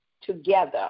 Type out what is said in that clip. together